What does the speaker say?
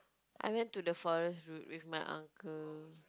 I went to the forest route with my uncle